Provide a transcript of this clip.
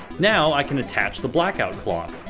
now i can attach the blackout cloth.